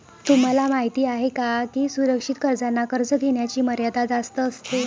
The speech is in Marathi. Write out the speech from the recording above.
तुम्हाला माहिती आहे का की सुरक्षित कर्जांना कर्ज घेण्याची मर्यादा जास्त असते